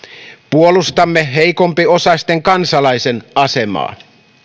puolustamme heikompiosaisten kansalaisten asemaa